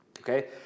okay